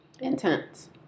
Intense